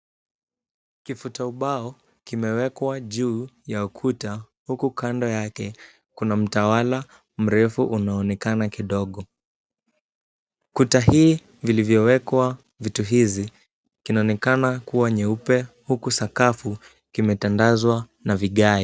Kifuta ubao kimewekwa juu ya ukuta huku kando yake kuna mtawala mrefu unaonekana kidogo. Kuta hii vilivyowekwa vitu hizi kinaonekana kuwa nyeupe huku sakafu kimetandazwa na vigae.